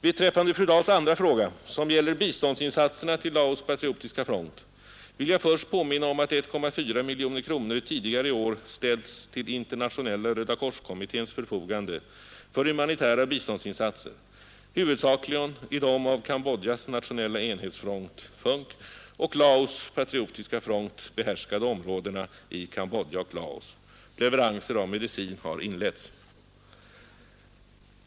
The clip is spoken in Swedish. Beträffande fru Dahls andra fråga, som gäller biståndsinsatserna till Laos patriotiska front, vill jag först påminna om att 1,4 miljoner kronor tidigare i år ställts till Internationella röda kors-kommitténs förfogande för humanitära biståndsinsatser, huvudsakligen i de av Cambodjas nationella enhetsfront FUNK och Laos patriotiska front behärskade områdena i Cambodja och Laos. Leveranser av medicin har inletts.